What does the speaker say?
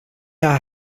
are